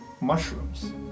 mushrooms